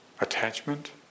attachment